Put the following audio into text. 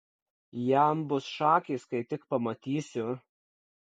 jam bus šakės kai tik pamatysiu